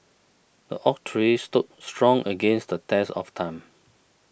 the oak tree stood strong against the test of time